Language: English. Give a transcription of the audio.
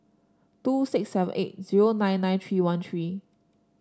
two six seven eight zero nine nine three one three